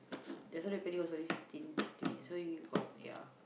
just now the recording was only fifteen fifteen minutes so you got ya